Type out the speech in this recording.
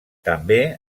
també